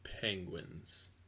Penguins